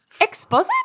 Exposit